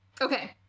Okay